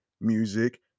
music